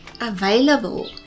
available